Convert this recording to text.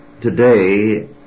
today